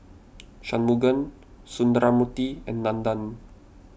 Shunmugam Sundramoorthy and Nandan